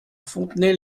fontenay